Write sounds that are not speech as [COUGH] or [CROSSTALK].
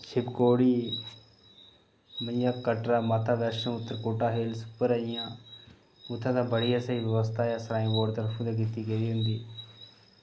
शिव खोड़ी जि'यां कटरै माता वैश्णो त्रिकुटा हिल्स [UNINTELLIGIBLE] उत्थै ते बड़ी गै स्हेई वबस्था ऐ शराईन बोर्ड तरफ दा कीती गेदी होंदी